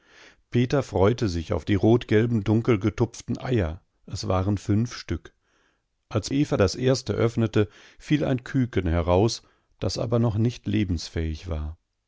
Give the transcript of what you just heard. peter freute sich auf die rotgelben dunkelgetupften eier es waren fünf stück als eva das erste öffnete fiel ein küken heraus das aber noch nicht lebensfähig war